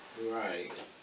Right